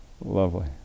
Lovely